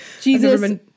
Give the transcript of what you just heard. Jesus